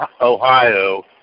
Ohio